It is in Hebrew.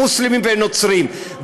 מוסלמים ונוצרים.